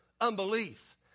unbelief